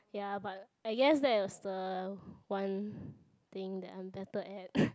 ya but I guess that was the one thing that I am better at